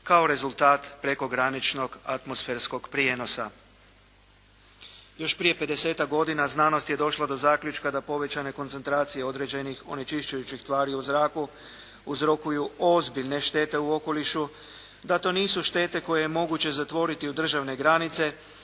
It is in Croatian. kao rezultat prekograničnog atmosferskog prijenosa. Još prije pedesetak godina znanost je došla do zaključka da povećanje koncentracije određenih onečišćujućih tvari u zraku uzrokuju ozbiljne štete u okolišu, da to nisu štete koje je moguće zatvoriti u državne granice,